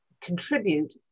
contribute